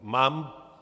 Mám.